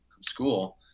school